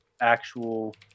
actual